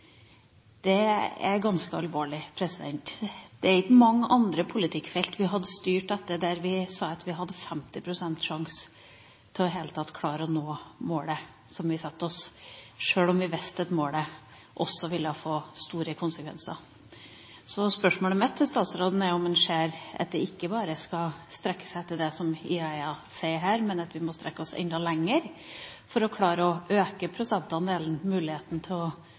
Det er ganske alvorlig. Det er ikke mange andre politikkfelt vi hadde styrt etter, der vi hadde sagt at vi hadde 50 pst. sjanse til i det hele tatt å klare å nå målet som vi hadde satt oss, sjøl om vi visste at målet også ville få store konsekvenser. Spørsmålet mitt til statsråden er om han ser at vi ikke bare skal strekke oss etter det som IEA her sier, men at vi må strekke oss enda lenger for å klare å øke prosentandelen, og muligheten til å